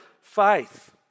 faith